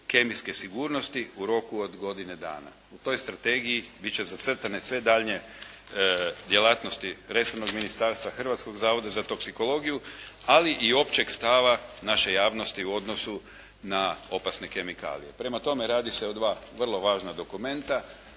kemijske sigurnosti u roku od godine dana. U toj strategiju bit će zacrtane sve daljnje djelatnosti resornog ministarstva, Hrvatskog zavoda za toksikologiju, ali i općeg stava naše javnosti u odnosu na opasne kemikalije. Prema tome, radi se o dva vrlo važna dokumenta,